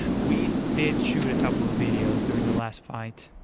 we did shoot a couple of videos during the last fight.